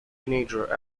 teenager